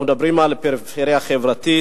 אנחנו מדברים על פריפריה חברתית,